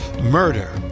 murder